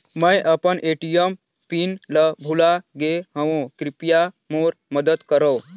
मैं अपन ATM PIN ल भुला गे हवों, कृपया मोर मदद करव